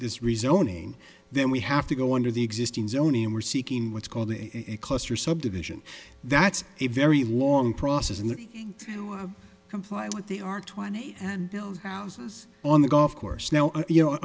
rezoning then we have to go under the existing zoning and we're seeking what's called a a cluster subdivision that's a very long process and comply with the our twenty and build houses on the golf course now you know